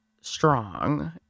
strong